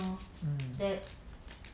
mm